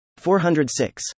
406